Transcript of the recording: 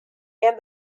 and